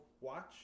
watch